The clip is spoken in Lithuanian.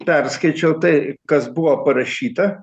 perskaičiau tai kas buvo parašyta